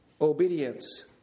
obedience